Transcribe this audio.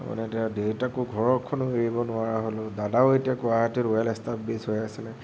তাৰমানে এতিয়া দেউতাকো ঘৰখনো এৰিব নোৱাৰা হ'লো দাদাও এতিয়া গুৱাহাটীত ৱেল এষ্টাব্লিছদ হৈ আছিল